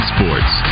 Sports